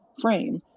frame